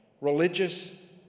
religious